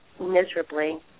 miserably